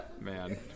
Man